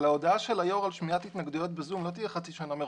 אבל ההודעה של היו"ר על שמיעת התנגדויות ב"זום" לא תהיה חצי שנה מראש,